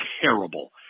terrible